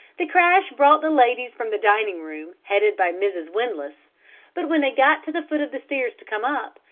the crash brought the ladies from the dining room headed by mrs. windlass but when they got to the foot of the stairs to come up,